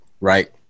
Right